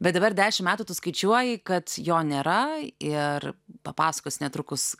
bet dabar dešim metų tu skaičiuoji kad jo nėra ir papasakosi netrukus